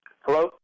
Hello